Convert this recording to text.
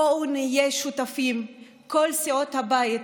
בואו נהיה שותפים כל סיעות הבית